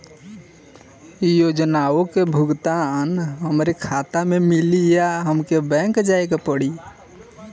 योजनाओ का भुगतान हमरे खाता में मिली या हमके बैंक जाये के पड़ी?